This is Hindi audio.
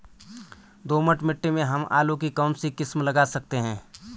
दोमट मिट्टी में हम आलू की कौन सी किस्म लगा सकते हैं?